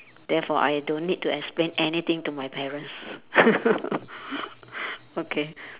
therefore I don't need to explain anything to my parents okay